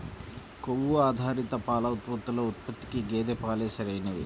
కొవ్వు ఆధారిత పాల ఉత్పత్తుల ఉత్పత్తికి గేదె పాలే సరైనవి